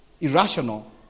irrational